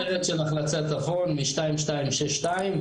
החלטת צפון מ-2262,